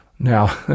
Now